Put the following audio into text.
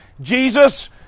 Jesus